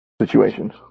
situations